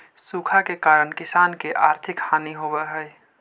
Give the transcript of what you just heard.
सूखा के कारण किसान के आर्थिक हानि होवऽ हइ